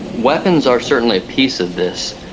weapons are certainly a piece of this.